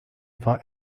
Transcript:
war